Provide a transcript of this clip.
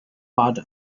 发展